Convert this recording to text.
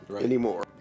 anymore